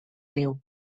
riu